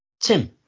Tim